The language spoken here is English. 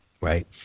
Right